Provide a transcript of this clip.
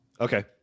Okay